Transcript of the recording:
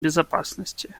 безопасности